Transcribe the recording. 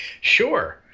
Sure